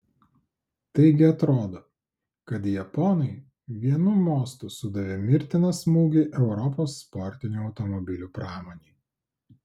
taigi atrodo kad japonai vienu mostu sudavė mirtiną smūgį europos sportinių automobilių pramonei